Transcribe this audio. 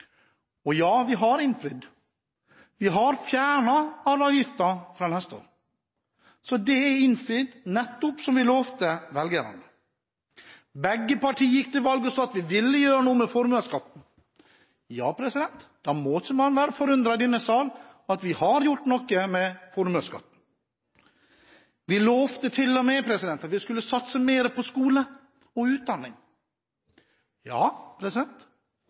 og, ja, vi har innfridd. Vi fjerner arveavgiften fra neste år. Det er innfridd, nettopp som vi lovte velgerne. Begge parti gikk til valg på at vi ville gjøre noe med formuesskatten. Da må man ikke være forundret i denne sal over at vi har gjort noe med formuesskatten. Vi lovte til og med at vi skulle satse mer på skole og